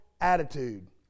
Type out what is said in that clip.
attitude